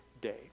day